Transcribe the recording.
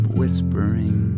whispering